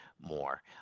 more